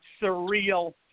surreal